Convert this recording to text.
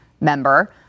member